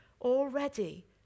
already